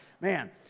man